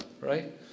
right